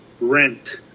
rent